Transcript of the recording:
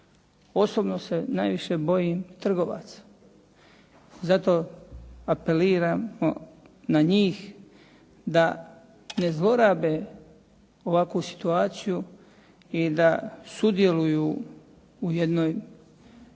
Osobno se najviše bojim trgovaca. Zato apeliramo na njih da ne zlorabe ovakvu situaciju i da sudjeluju u jednom